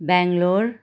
Bangalore